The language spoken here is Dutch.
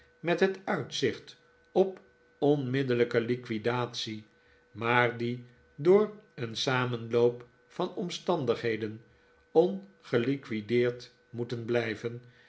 met het uitzicht op onmiddellijke liquidatie maar die door een samenloop van omstandigheden ongeliquideerd moeten blijven